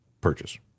purchase